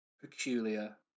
peculiar